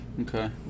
Okay